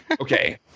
Okay